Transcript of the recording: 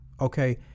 Okay